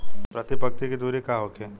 प्रति पंक्ति के दूरी का होखे?